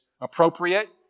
appropriate